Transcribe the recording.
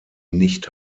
nicht